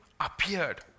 appeared